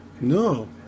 No